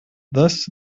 thus